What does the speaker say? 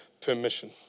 permission